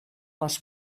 les